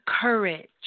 courage